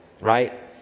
right